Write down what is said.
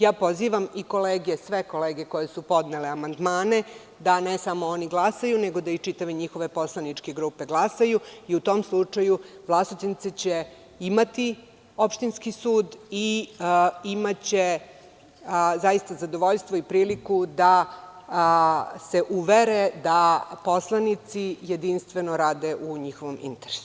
Ja pozivam sve kolege koje su podnele amandmane da ne samo oni glasaju nego i čitave njihove poslaničke grupe i u tom slučaju Vlasotince će imati opštinski sud i imaće zadovoljstvo i priliku da se uvere da poslanici jedinstveno rade u njihovom interesu.